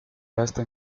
resta